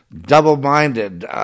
double-minded